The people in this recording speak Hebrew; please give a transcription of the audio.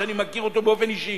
שאני מכיר אותו באופן אישי,